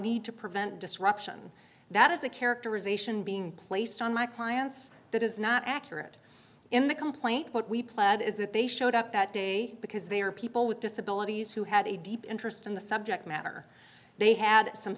need to prevent disruption that is the characterization being placed on my clients that is not accurate in the complaint what we planned is that they showed up that day because they are people with disabilities who had a deep interest in the subject matter they had some